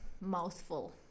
mouthful